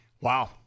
Wow